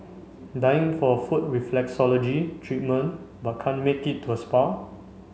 dying for a foot reflexology treatment but can't make it to a spa